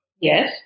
Yes